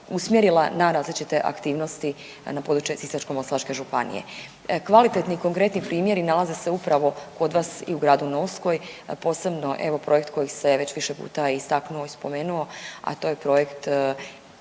usmjerila na različite aktivnosti na područje Sisačko-moslavačke županije. Kvalitetni i konkretni primjeri nalaze se upravo kod vas i u gradu Novskoj, posebno evo projekt koji se već više puta istaknuo, spomenuo a to je projekt